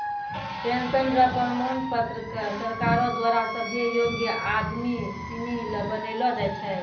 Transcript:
pension र प्रमाण पत्र क सरकारो द्वारा सभ्भे योग्य आदमी सिनी ल बनैलो जाय छै